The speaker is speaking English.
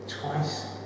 twice